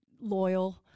loyal